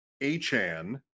A-chan